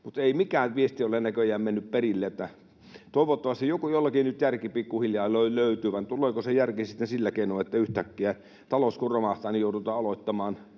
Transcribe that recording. Mikään viesti ei ole näköjään mennyt perille. Toivottavasti jollakin nyt järki pikkuhiljaa löytyy, vai tuleeko se järki sitten sillä keinoin, että yhtäkkiä talous kun romahtaa, joudutaan aloittamaan